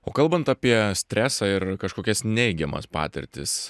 o kalbant apie stresą ir kažkokias neigiamas patirtis